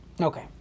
Okay